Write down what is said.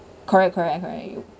correct correct correct